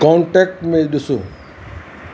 contact में ॾिसो